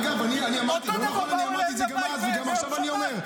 אגב, אני אמרתי את זה גם אז וגם עכשיו אני אומר.